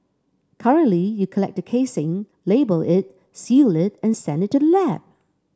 currently you collect the casing label it seal it and send it to the lab